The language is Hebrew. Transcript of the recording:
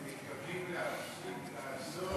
הם מתכוונים להפסיק לאסור